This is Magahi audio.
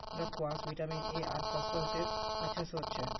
स्क्वाश विटामिन ए आर फस्फोरसेर अच्छा श्रोत छ